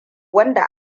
wanda